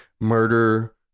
murder